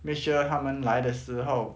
make sure 他们来的时候